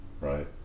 right